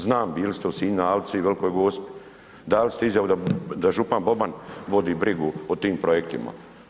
Znam, bili ste u Sinju, alci, Velikoj Gospi, dali ste izjavi da župan Boban vodi brigu o tim projektima.